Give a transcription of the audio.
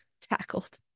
tackled